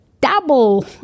double